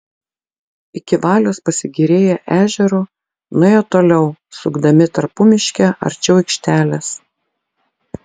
iki valios pasigėrėję ežeru nuėjo toliau sukdami tarpumiške arčiau aikštelės